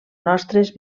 nostres